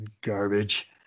garbage